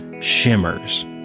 shimmers